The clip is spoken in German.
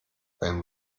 beim